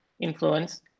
influence